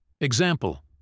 Example